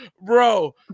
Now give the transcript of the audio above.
bro